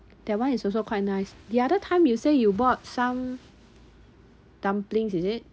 that one is also quite nice the other time you say you bought some dumplings is it